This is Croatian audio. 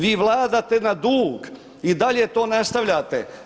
Vi vladate na dug, i dalje to nastavljate.